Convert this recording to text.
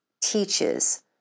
teaches